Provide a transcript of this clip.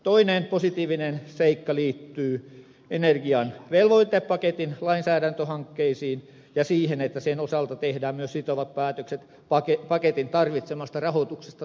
toinen positiivinen seikka liittyy energian velvoitepaketin lainsäädäntöhankkeisiin ja siihen että sen osalta tehdään myös sitovat päätökset paketin tarvitsemasta rahoituksesta